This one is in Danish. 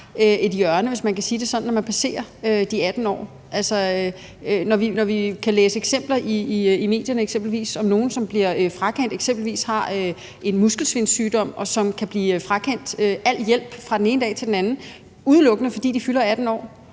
et hjørne, hvis man kan sige det sådan, når man passerer de 18 år. Vi kan læse i eksempelvis medierne om nogen, som f.eks. har en muskelsvindssygdom, og som kan blive frakendt al hjælp fra den ene dag til den anden, udelukkende fordi de fylder 18 år,